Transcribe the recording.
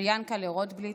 של יענקל'ה רוטבליט,